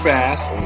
Fast